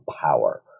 power